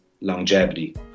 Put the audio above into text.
longevity